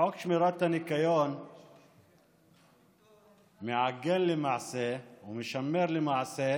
חוק שמירת הניקיון מעגן למעשה ומשמר למעשה